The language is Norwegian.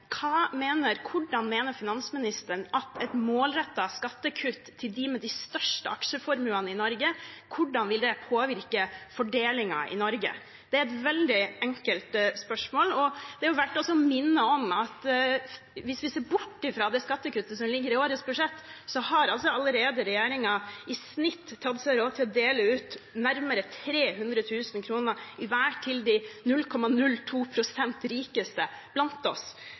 Hvordan mener finansministeren at et målrettet skattekutt til dem med de største aksjeformuene i Norge vil påvirke fordelingen i Norge? Det er et veldig enkelt spørsmål. Det er også verdt å minne om at hvis vi ser bort fra det skattekuttet som ligger i årets budsjett, har allerede regjeringen i snitt tatt seg råd til å dele ut nærmere 300 000 kr hver til de 0,02 pst. rikeste blant oss,